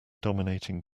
dominating